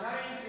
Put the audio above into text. נאים זה